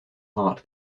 heart